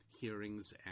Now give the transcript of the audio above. hearings